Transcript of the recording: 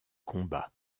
combat